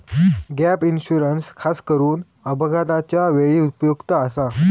gap insurance खासकरून अपघाताच्या वेळी उपयुक्त आसा